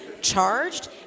charged